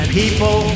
people